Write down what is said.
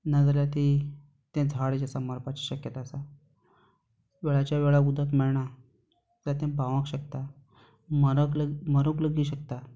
नाजाल्यार तीं तें झाड जें आसा मरपाची शक्यता आसा वेळाच्या वेळार उदक मेळना जाल्यार तें बावूंक शकता मरोंक मरूंक लेगीत शकता